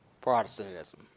Protestantism